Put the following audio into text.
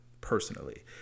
personally